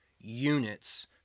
units